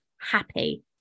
happy